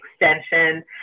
extension